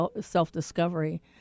self-discovery